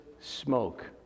smoke